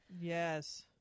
Yes